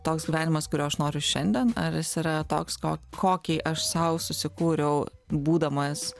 toks gyvenimas kurio aš noriu šiandien ar jis yra toks ko kokį aš sau susikūriau būdamas